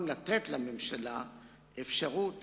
לתת לממשלה אפשרות